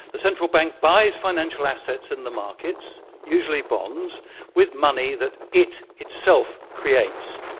the central bank buys financial assets in the markets usually bonds with money that it itself creates,